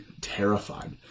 terrified